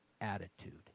Attitude